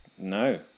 No